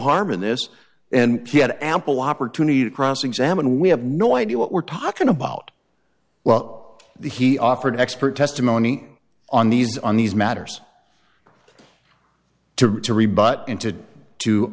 harm in this and he had ample opportunity to cross examine we have no idea what we're talking about well the he offered expert testimony on these on these matters to to rebut into to